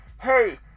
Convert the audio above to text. Hey